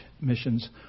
missions